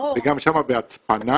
וגם שם בהצפנה,